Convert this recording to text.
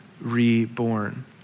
reborn